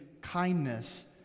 kindness